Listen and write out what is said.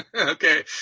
Okay